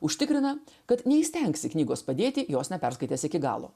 užtikrina kad neįstengsi knygos padėti jos neperskaitęs iki galo